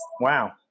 wow